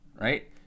right